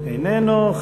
איננו.